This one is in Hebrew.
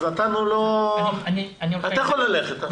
אתה יכול ללכת.